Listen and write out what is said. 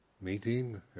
meeting